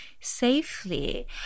safely